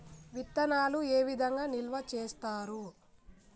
విత్తనాలు ఏ విధంగా నిల్వ చేస్తారు?